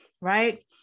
right